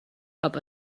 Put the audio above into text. cap